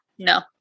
no